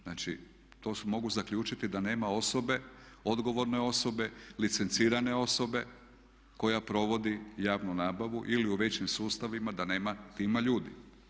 Znači to mogu zaključiti da nema osobe, odgovorne osobe, licencirane osobe koja provodi javnu nabavu ili u većim sustavima da nema tima ljudi.